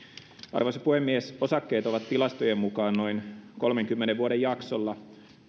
arvoisa puhemies osakkeet ovat tilastojen mukaan noin kolmenkymmenen vuoden jaksolla